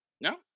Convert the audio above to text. No